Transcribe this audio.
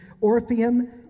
Orpheum